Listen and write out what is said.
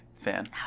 fan